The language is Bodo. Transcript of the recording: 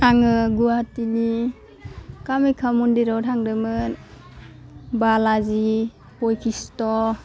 आङो गवाहाटीनि कामाख्या मन्दिराव थांदोंमोन बालाजि बैखिस्ट'